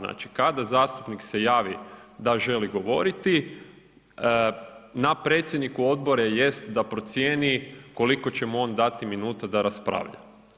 Znači kada zastupnik se javio da želi govoriti na predsjedniku odbora jest da procijeni koliko će mu on dati minuta da raspravlja.